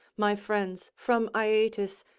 my friends, from aeetes,